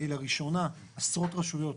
לראשונה עשרות רשויות